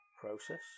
process